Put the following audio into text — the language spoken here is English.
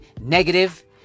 negative